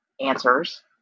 answers